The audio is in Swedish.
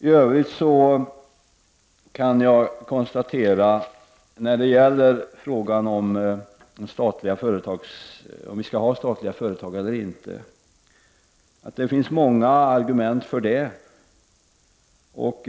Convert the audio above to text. I övrigt kan jag konstatera när det gäller frågan om vi skall ha statliga företag eller inte att det finns argument för att ha dessa.